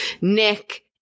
Nick